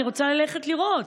אני רוצה ללכת לראות.